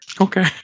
Okay